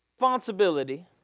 responsibility